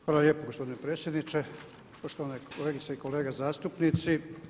Hvala lijepo gospodine predsjedniče, poštovane kolegice i kolege zastupnici.